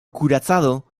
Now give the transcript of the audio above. kuracado